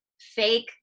fake